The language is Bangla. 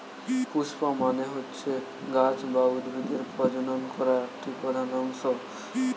পুস্প মানে হচ্ছে গাছ বা উদ্ভিদের প্রজনন করা একটি প্রধান অংশ